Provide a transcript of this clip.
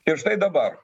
ir štai dabar